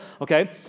okay